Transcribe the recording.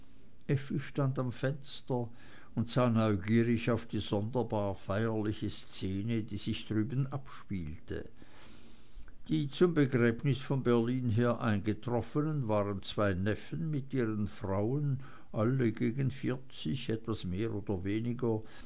stand am fenster und sah neugierig auf die sonderbar feierliche szene die sich drüben abspielte die zum begräbnis von berlin her eingetroffenen waren zwei neffen mit ihren frauen alle gegen vierzig etwas mehr oder weniger